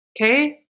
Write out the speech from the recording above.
Okay